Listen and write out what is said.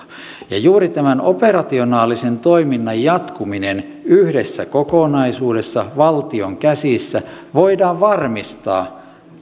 juuri tämän operationaalisen toiminnan jatkuminen yhdessä kokonaisuudessa valtion käsissä voidaan varmistaa